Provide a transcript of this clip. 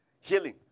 healing